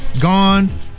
gone